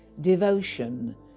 devotion